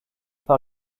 par